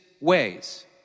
ways